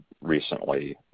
recently